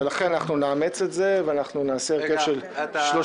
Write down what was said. לכן אנחנו נאמץ את זה ונעשה הרכב של שלושים.